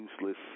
useless